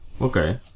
Okay